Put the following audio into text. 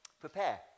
prepare